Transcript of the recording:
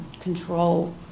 control